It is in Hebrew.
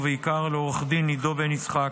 ובעיקר לעו"ד עידו בן יצחק,